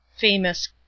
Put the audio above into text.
famous